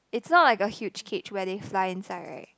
it's not like a huge cage where they fly inside right